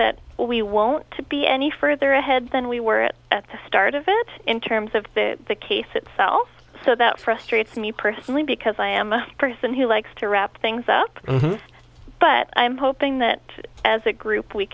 that we won't be any further ahead than we were at at the start of it in terms of that the case it fell so that frustrates me personally because i am a person who likes to wrap things up but i'm hoping that as a group we